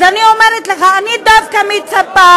אז אני אומרת לך, אני דווקא מצפה.